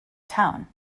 town